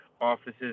offices